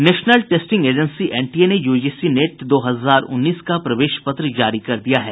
national testing agency NTA ने UGC NET दो हजार उन्नीस का प्रवेश पत्र जारी कर दिया है